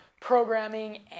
programming